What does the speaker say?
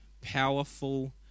powerful